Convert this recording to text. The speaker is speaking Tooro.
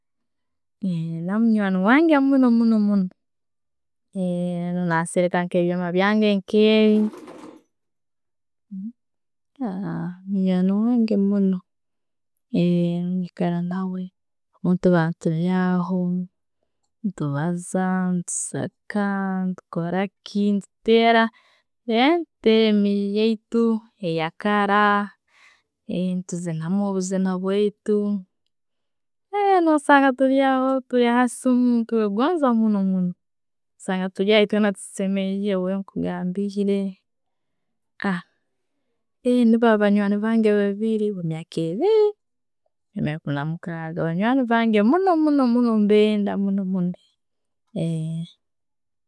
Naawe munywani wange muno muno, muno, nasereka nke byoma byange nke'byo. Munywani wange muno, nikara naawe, bwetuba tulyaho, ne'tubaza, tuseka, tukoraki, tutera tutera emiyatu eyakara, netuzinamu obuzina bwaitu, No sanga tulya aho, tuli hasimu, nemugonza muno muno osanga etwena tusemerirwe nko nkugambire, nibo abo banywani bange babiri, emyaka ebiri ne'ekuumi na'mukaaga, banywani bange, mbenda muno muno muno.